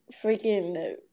freaking